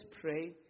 pray